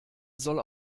soll